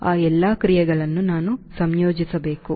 ಆ ಎಲ್ಲಾ ಕ್ರಿಯೆಗಳನ್ನು ನೀವು ಸಂಯೋಜಿಸಬೇಕು